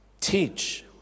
teach